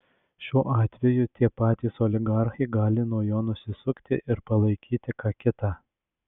šiuo atveju tie patys oligarchai gali nuo jo nusisukti ir palaikyti ką kitą